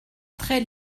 très